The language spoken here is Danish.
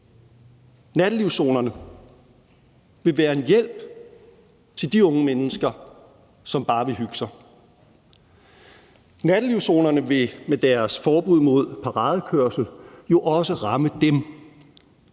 Nattelivszonerne vil være en hjælp til de unge mennesker, som bare vil hygge sig. Nattelivszonerne vil med deres forbud mod paradekørsel jo også kunne ramme dem,